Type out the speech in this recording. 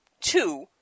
two